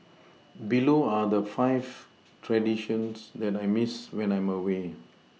below are the five traditions that I Miss when I'm away